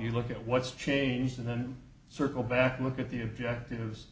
you look at what's changed and then circle back and look at the objectives